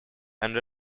and